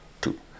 Two